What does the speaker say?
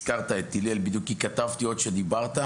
הזכרת את הלל ואני כתבתי לי כשדיברת.